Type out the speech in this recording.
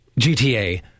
GTA